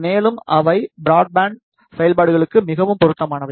மேலும் அவை பிராட்பேண்ட் செயல்பாடுகளுக்கு மிகவும் பொருத்தமானவை